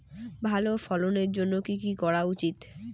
ভালো ফলনের জন্য কি কি করা উচিৎ?